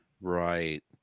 Right